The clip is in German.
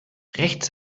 rechts